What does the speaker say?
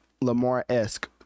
lamar-esque